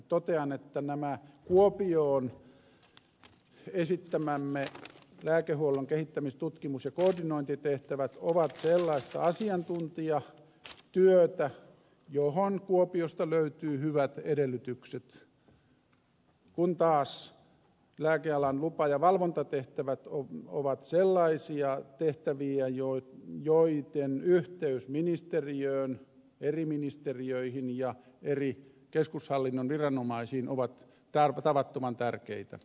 totean että nämä kuopioon esittämämme lääkehuollon kehittämis tutkimus ja koordinointitehtävät ovat sellaista asiantuntijatyötä johon kuopiosta löytyy hyvät edellytykset kun taas lääkealan lupa ja valvontatehtävät ovat sellaisia tehtäviä joiden yhteys ministeriöön eri ministeriöihin ja eri keskushallinnon viranomaisiin ovat tavattoman tärkeitä